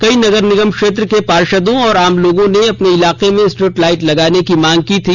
कई नगर निगम क्षेत्र के कई पार्षदों और आम लोगों में अपने इलाके में स्ट्रीट लाइट लगाने की मांग की थी